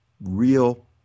real